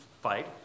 fight